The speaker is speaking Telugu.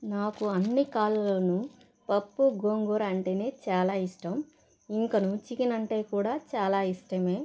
నాకు అన్ని కాల పప్పు గోంగూర అంటేనే చాలా ఇష్టం ఇంకను చికెన్ అంటే కూడా చాలా ఇష్టమే